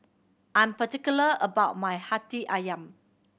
I'm particular about my Hati Ayam